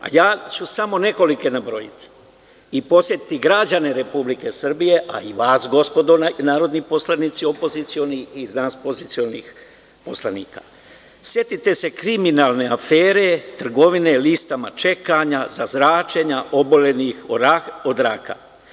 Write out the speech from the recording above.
Ja ću samo nekoliko nabrojati i podsetiti građane Republike Srbije, i vas gospodo narodni poslanici, opozicionih i nas pozicionih poslanika, setite se kriminalne afere, trgovine listama čekanja za zračenja obolelih od raka?